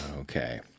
Okay